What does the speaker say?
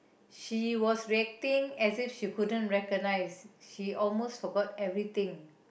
she was reacting as if she couldn't recognise she almost forgot everything